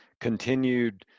continued